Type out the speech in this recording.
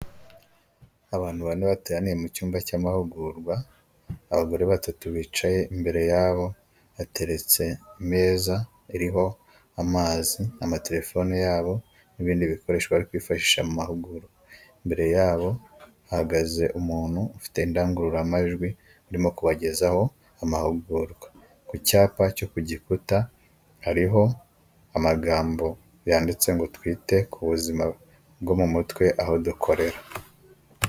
Abantu bane bateraniye mu cyumba cy'amahugurwa abagore batatu bicaye imbere yabo bateretse ameza ariho amazi, amaterefone yabo n'ibindi bikoresho bari kwifashisha mu mahugurwa, imbere yabo hahagaze umuntu ufite indangururamajwi ndimo kubagezaho amahugurwa ku cyapa cyo ku gikuta hariho amagambo yanditse ngo twite ku buzima bwo mu mutwe aho dukorera.